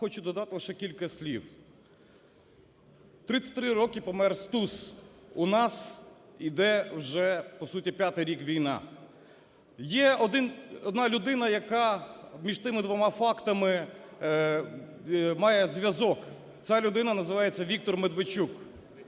хочу додати лише кілька слів. 33 роки помер Стус. У нас йде вже по суті п'ятий рік війна. Є одна людина, яка між тими двома фактами має зв'язок. Ця людина називається Віктор Медведчук.